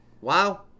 Wow